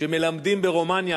על כך שמלמדים ברומניה